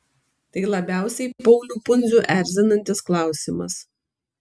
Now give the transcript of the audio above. tai labiausiai paulių pundzių erzinantis klausimas